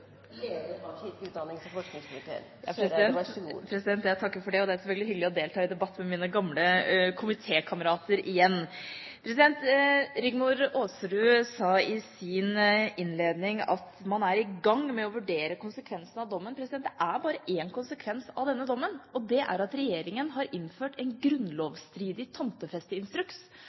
leder av kirke-, utdannings- og forskningskomiteen. Jeg takker for det, og det er selvfølgelig hyggelig å delta i debatt med mine gamle komitékamerater igjen. Statsråd Rigmor Aasrud sa i sin innledning at man er i gang med å vurdere konsekvensene av denne dommen. Det er bare én konsekvens av denne dommen, og det er at regjeringen har innført en